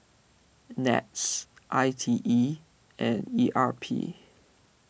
NETS I T E and E R P